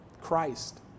Christ